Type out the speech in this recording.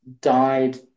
died